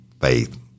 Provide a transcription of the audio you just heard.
Faith